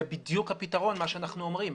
זה בדיוק הפתרון, מה שאנחנו אומרים.